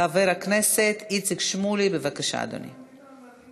חבר הכנסת איציק שמולי, בבקשה, אדוני.